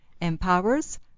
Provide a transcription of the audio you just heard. empowers